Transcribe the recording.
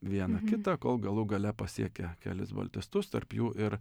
vieną kitą kol galų gale pasiekė kelis baltistus tarp jų ir